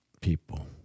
People